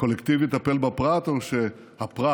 הקולקטיב יטפל בפרט או שהפרט